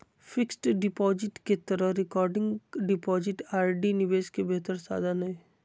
fixed deposit के तरह recurring deposit RD निवेश के बेहतर साधन हइ